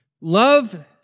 Love